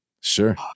Sure